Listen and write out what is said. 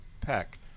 Peck